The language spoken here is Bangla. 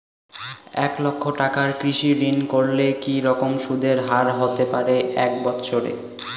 এক লক্ষ টাকার কৃষি ঋণ করলে কি রকম সুদের হারহতে পারে এক বৎসরে?